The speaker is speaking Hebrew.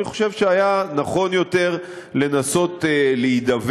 אני חושב שהיה נכון יותר לנסות להידבר.